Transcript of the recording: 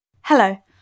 Hello